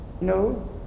No